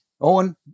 Owen